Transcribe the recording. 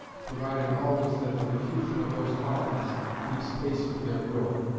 provided always that the diffusion of those qualities keeps pace with their growth.